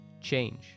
change